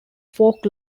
fork